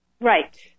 Right